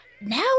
now